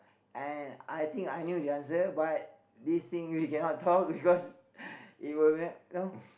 and I think I knew the answer but this thing we cannot talk because it will you know